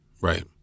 Right